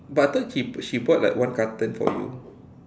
but I thought she she bought like one carton for you